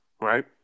right